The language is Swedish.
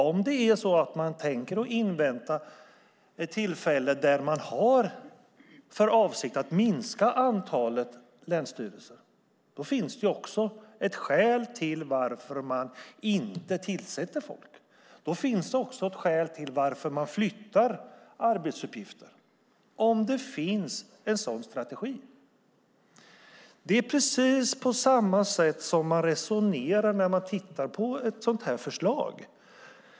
Om det är så att man tänker invänta ett tillfälle där man har för avsikt att minska antalet länsstyrelser finns det också ett skäl till att man inte tillsätter folk. Om det finns en sådan strategi finns det också skäl till att man flyttar arbetsuppgifter. Det är precis på samma sätt man resonerar när man tittar på ett sådant här förslag.